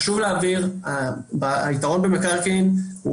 חשוב להבהיר שהיתרון במקרקעין,